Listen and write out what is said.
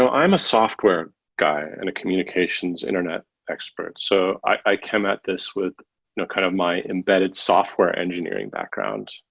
i'm a software guy and a communications internet expert. so i came at this with kind of my embedded software engineering backgrounds,